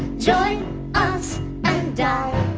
join us and die